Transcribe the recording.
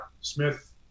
Smith